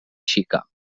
xica